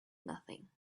nothing